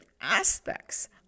aspects